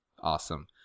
Awesome